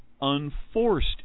unforced